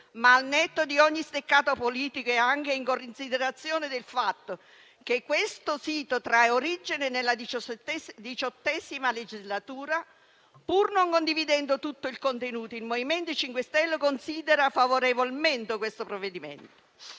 ma al netto di ogni steccato politico e anche in considerazione del fatto che questo sito trae origine nella XVIII legislatura, pur non condividendo tutto il contenuto, il MoVimento 5 Stelle considera favorevolmente questo provvedimento.